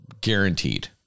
Guaranteed